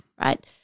right